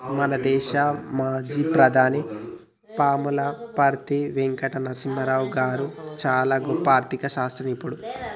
మన దేశ మాజీ ప్రధాని పాములపర్తి వెంకట నరసింహారావు గారు చానా గొప్ప ఆర్ధిక శాస్త్ర నిపుణుడు